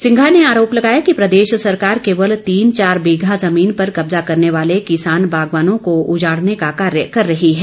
सिंघा ने आरोप लगाया कि प्रदेश सरकार केवल तीन चार बीघा जमीन पर कब्जा करने वाले किसान बागवानों को उजाड़ने का कार्य कर रही है